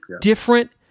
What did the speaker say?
different